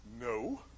no